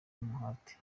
n’umuhate